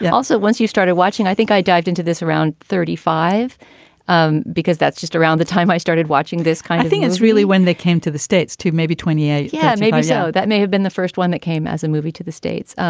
yeah also, once you started watching, i think i dived into this around thirty five um because that's just around the time i started watching this kind of thing. it's really when they came to the states to maybe twenty eight. yeah, maybe. so that may have been the first one that came as a movie to the states.